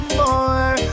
more